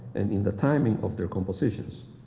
and in the timing of their compositions.